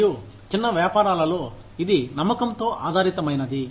మరియు చిన్న వ్యాపారాలలో ఇది నమ్మకంతో ఆధారితమైనది